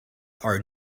are